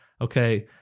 Okay